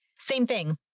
same thing.